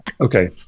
Okay